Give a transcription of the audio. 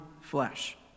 flesh